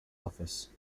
office